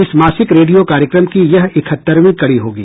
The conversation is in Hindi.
इस मासिक रेडियो कार्यक्रम की यह इकहत्तरवीं कड़ी होगी